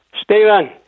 Stephen